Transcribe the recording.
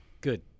good